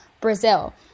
Brazil